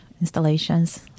installations